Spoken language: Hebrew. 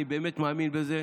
אני באמת מאמין בזה.